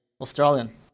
Australian